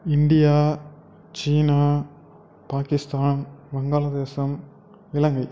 India China Pakistan Vangaladesam Ilangai